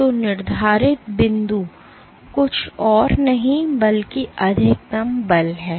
तो निर्धारित बिंदु कुछ और नहीं बल्कि अधिकतम बल है